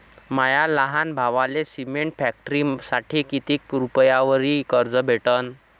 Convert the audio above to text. माया लहान भावाले सिमेंट फॅक्टरीसाठी कितीक रुपयावरी कर्ज भेटनं?